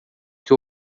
que